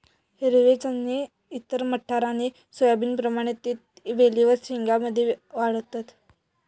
हिरवे चणे इतर मटार आणि सोयाबीनप्रमाणे ते वेलींवर शेंग्या मध्ये वाढतत